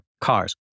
cars